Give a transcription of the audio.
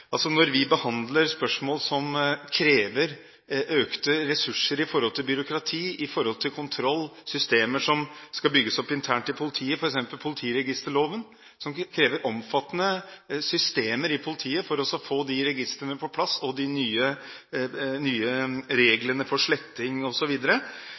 Vi behandler spørsmål som krever økte ressurser med tanke på byråkrati, kontroll og systemer som skal bygges opp internt i politiet, f.eks. med hensyn til politiregisterloven, der det kreves omfattende systemer i politiet for å få registre og nye regler for sletting osv. på plass. Vi pålegger politiet nye